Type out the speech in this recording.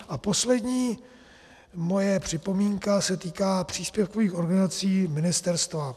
A poslední moje připomínka se týká příspěvkových organizací ministerstva.